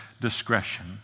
discretion